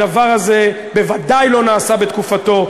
הדבר הזה בוודאי לא נעשה בתקופתו.